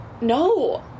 no